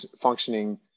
functioning